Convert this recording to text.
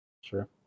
Sure